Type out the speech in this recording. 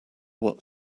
what